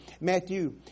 Matthew